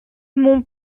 mon